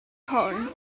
hwn